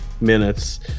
minutes